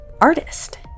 artist